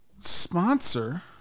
sponsor